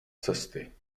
cesty